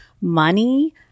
money